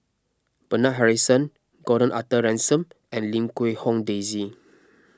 Bernard Harrison Gordon Arthur Ransome and Lim Quee Hong Daisy